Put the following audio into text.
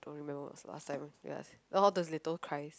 don't know when was the last time all those little cries